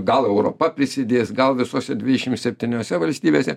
gal europa prisidės gal visose dvidešim septyniose valstybėse